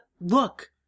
look